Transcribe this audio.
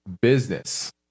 business